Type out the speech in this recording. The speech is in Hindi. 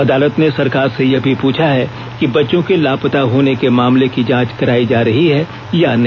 अदालत ने सरकार से यह भी पूछा कि बच्चों के लापता होने के मामले की जांच कराई जा रही है या नहीं